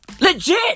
Legit